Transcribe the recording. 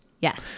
Yes